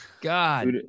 God